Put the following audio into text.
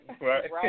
Right